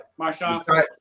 Marshawn